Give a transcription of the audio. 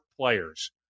players